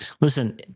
Listen